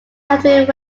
hatfield